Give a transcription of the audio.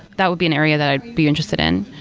that would be an area that i'd be interested in.